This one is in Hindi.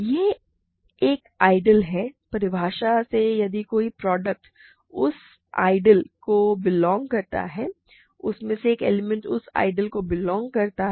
यह एक आइडियल है परिभाषा से यदि कोई प्रोडक्ट उस आइडियल को बिलोंग करता है तो उनमें से एक एलिमेंट उस आइडियल को बिलोंग करता है